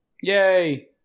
Yay